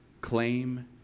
claim